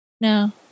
No